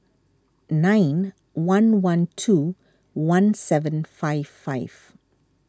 nine one one two one seven five five